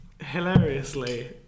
hilariously